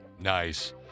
Nice